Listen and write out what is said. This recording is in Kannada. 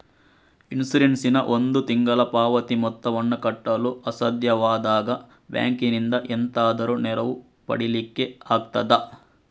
ಇನ್ಸೂರೆನ್ಸ್ ನ ಒಂದು ತಿಂಗಳ ಪಾವತಿ ಮೊತ್ತವನ್ನು ಕಟ್ಟಲು ಅಸಾಧ್ಯವಾದಾಗ ಬ್ಯಾಂಕಿನಿಂದ ಎಂತಾದರೂ ನೆರವು ಪಡಿಲಿಕ್ಕೆ ಆಗ್ತದಾ?